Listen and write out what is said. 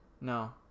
No